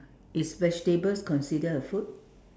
is vegetable considered a food